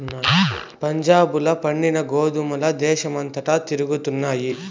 పంజాబ్ ల పండిన గోధుమల దేశమంతటా తిరుగుతండాయి